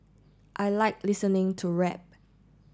I like listening to rap